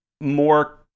more